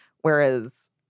whereas